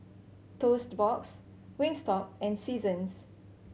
Toast Box Wingstop and Seasons